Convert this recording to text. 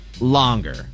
longer